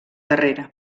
darrere